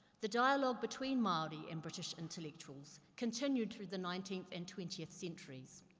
the dialogue between maori and british intellectuals continued through the nineteenth and twentieth centuries.